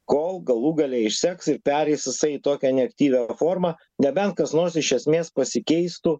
kol galų gale išseks ir pereis jisai į tokią neaktyvią formą nebent kas nors iš esmės pasikeistų